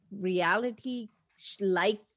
reality-like